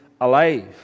alive